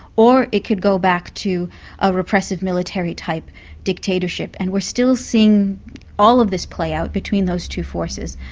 or it could go back to a repressive, military type dictatorship and we're still seeing all of this play out between those two forces.